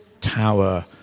tower